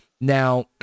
Now